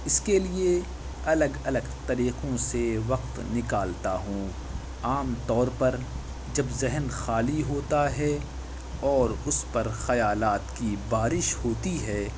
اس کے لیے الگ الگ طریقوں سے وقت نکالتا ہوں عام طور پر جب ذہن خالی ہوتا ہے اور اس پر خیالات کی بارش ہوتی ہے